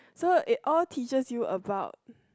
so it all teaches you about